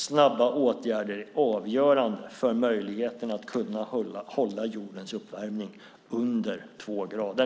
Snabba åtgärder är avgörande för möjligheten att hålla jordens uppvärmning under två grader.